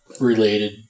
related